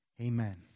Amen